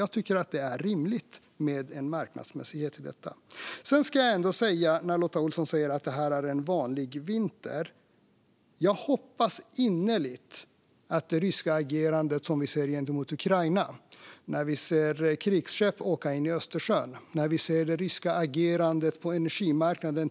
Jag tycker att det är rimligt att detta ska vara marknadsmässigt. Lotta Olsson säger att det här är en vanlig vinter. Vi ser det ryska agerandet gentemot Ukraina, krigsskepp som åker in i Östersjön och det ryska agerandet på energimarknaden.